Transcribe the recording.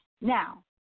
Now